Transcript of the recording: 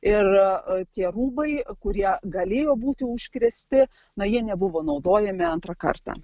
ir tie rūbai kurie galėjo būti užkrėsti na jie nebuvo naudojami antrą kartą